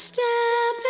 Step